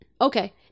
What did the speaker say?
Okay